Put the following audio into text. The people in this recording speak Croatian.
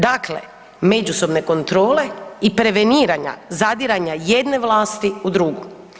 Dakle, međusobne kontrole i preveniranja zadiranja jedne vlasti u drugu.